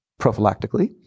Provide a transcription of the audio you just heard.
prophylactically